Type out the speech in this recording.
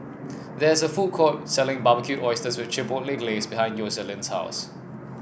there is a food court selling Barbecued Oysters with Chipotle Glaze behind Yoselin's house